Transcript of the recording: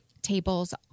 tables